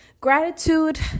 Gratitude